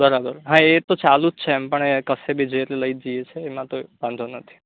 બરાબર હા એ તો ચાલુ જ છે એમ પણ એ કશે બી જઈએ એટલે લઈ જ જઈએ છે એમાં તો વાંધો નથી